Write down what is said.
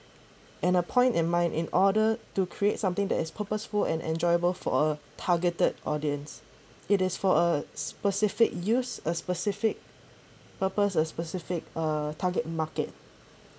and a point in mind in order to create something that is purposeful and enjoyable for a targeted audience it is for a specific use a specific purpose a specific uh target market